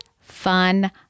fun